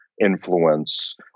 influence